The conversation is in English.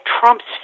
Trump's